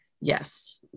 yes